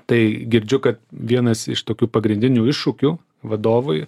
tai girdžiu kad vienas iš tokių pagrindinių iššūkių vadovui